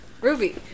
Ruby